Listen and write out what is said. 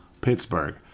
Pittsburgh